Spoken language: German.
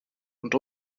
und